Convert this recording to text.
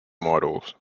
models